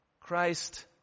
Christ